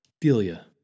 Delia